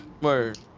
Word